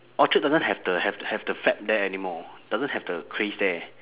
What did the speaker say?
orchard doesn't have the have the have the fad there anymore doesn't have the craze there